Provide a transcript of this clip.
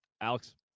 Alex